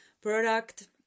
product